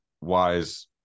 wise